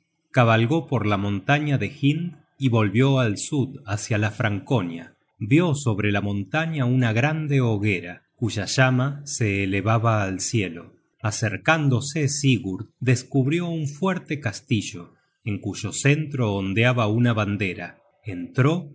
cabalgó por la montaña de hind y volvió al sud hácia la franconia vió sobre la montaña una grande hoguera cuya llama se elevaba al cielo acercándose sigurd descubrió un fuerte castillo en cuyo centro ondeaba una bandera entró